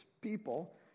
people